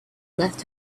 left